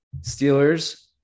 Steelers